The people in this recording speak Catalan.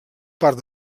part